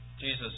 Jesus